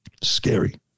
Scary